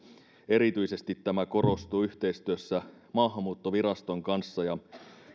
erityisesti tämä korostuu yhteistyössä maahanmuuttoviraston kanssa